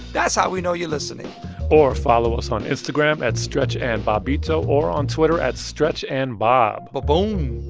that's how we know you're listening or follow us on instagram at stretchandbobbito or on twitter at stretchandbob ba-boom.